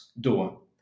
door